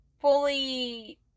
fully